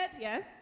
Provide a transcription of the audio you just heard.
yes